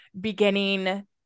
beginning